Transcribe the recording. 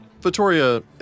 Vittoria